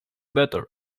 better